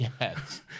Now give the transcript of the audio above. Yes